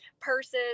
purses